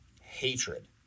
hatred